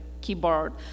keyboard